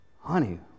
Honey